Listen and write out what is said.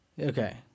Okay